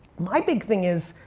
my big thing is,